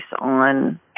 on